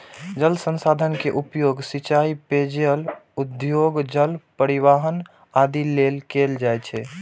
जल संसाधन के उपयोग सिंचाइ, पेयजल, उद्योग, जल परिवहन आदि लेल कैल जाइ छै